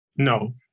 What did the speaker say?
No